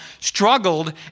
struggled